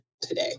today